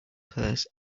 purse